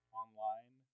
online